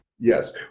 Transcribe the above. yes